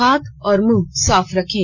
हाथ और मुंह साफ रखें